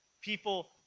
people